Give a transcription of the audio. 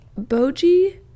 Boji